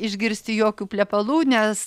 išgirsti jokių plepalų nes